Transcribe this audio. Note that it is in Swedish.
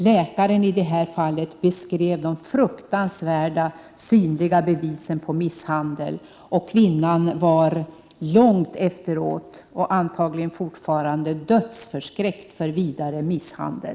Läkaren i det omnämnda fallet beskrev de fruktansvärda, synliga bevisen på misshandeln, och kvinnan var långt efteråt, och är antagligen fortfarande, dödsförskräckt för vidare misshandel.